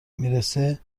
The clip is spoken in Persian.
میرسه